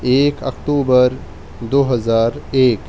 ایک اکتوبر دو ہزار ایک